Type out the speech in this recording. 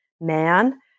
man